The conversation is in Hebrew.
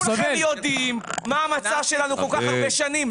אתם יודעים מה המצב שלנו כל כך הרבה שנים.